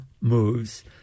moves